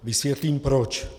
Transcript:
Vysvětlím proč.